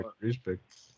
respect